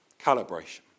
calibration